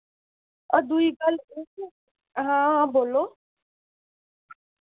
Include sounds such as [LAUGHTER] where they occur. दूई गल्ल [UNINTELLIGIBLE] हां हां बोल्लो